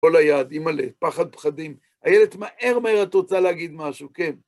כל היעדים האלה, פחד פחדים, אילת מהר מהר את רוצה להגיד משהו, כן.